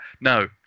No